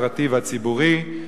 הפרטי והציבורי,